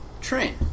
train